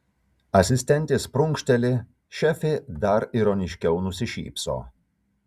asistentės prunkšteli šefė dar ironiškiau nusišypso